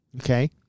Okay